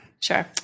Sure